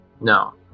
No